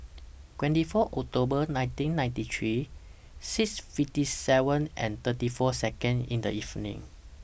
twenty four October nineteen ninetyt three six fifty seven and thirty four Second in The evening